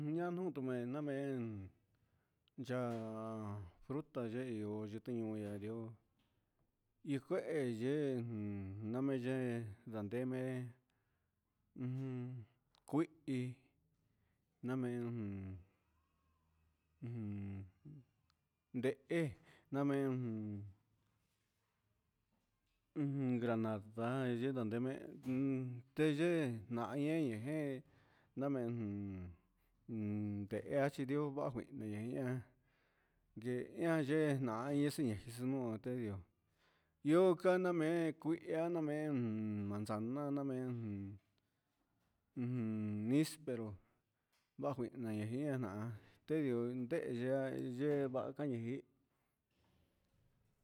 Ñaan ndihi tu mee ñaan mee yaa fruta yee ndioo tichi ñuun ye ndioo i cuehe yee name yee nda neme ujun juihi namee ujun ndehe namee ujun granada yee nde mee te yee nahan ñeñe namee ndeha chi ndioo vaha juihni ni ñian yee asi ñe maun te ndioo yoo cana mee cuiha namee manzana namee níspero ja cuihna yia jia nahna te ndioo ndehe yea yee vaha ca ñihin